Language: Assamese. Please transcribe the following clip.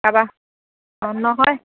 পাবা নহয়